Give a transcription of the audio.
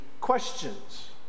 questions